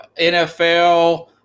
NFL